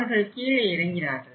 அவர்கள் கீழே இறங்கினார்கள்